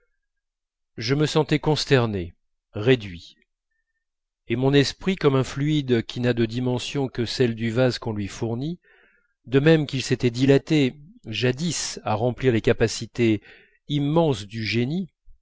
je me sentais consterné réduit et mon esprit comme un fluide qui n'a de dimensions que celles du vase qu'on lui fournit de même qu'il s'était dilaté jadis à remplir les capacités immenses du génie